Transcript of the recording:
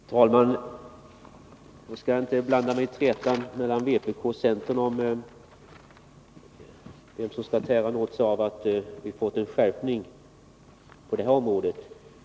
Herr talman! Jag skall inte blanda mig i trätan mellan vpk och centern om vem som skall ta åt sig äran av att vi har fått en skärpning på detta område.